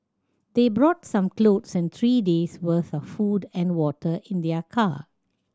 they brought some cloth and three day's worth of food and water in their car